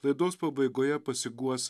laidos pabaigoje pasiguos